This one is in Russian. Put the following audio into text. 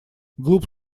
глуп